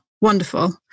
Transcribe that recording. wonderful